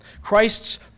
Christ's